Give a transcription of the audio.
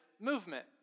movement